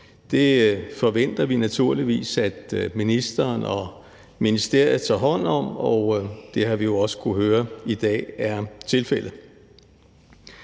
Det forventer vi naturligvis at ministeren og ministeriet tager hånd om, og det har vi jo også kunnet høre i dag er tilfældet.